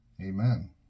Amen